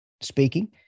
speaking